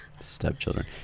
Stepchildren